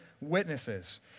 witnesses